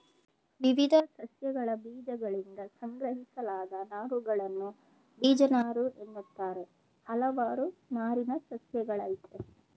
ವಿವಿಧ ಸಸ್ಯಗಳಬೀಜಗಳಿಂದ ಸಂಗ್ರಹಿಸಲಾದ ನಾರುಗಳನ್ನು ಬೀಜನಾರುಎನ್ನುತ್ತಾರೆ ಹಲವಾರು ನಾರಿನ ಸಸ್ಯಗಳಯ್ತೆ